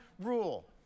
rule